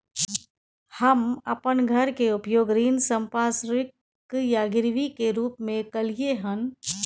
हम अपन घर के उपयोग ऋण संपार्श्विक या गिरवी के रूप में कलियै हन